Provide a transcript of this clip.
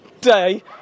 day